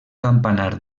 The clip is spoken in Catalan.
campanar